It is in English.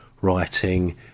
writing